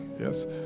Yes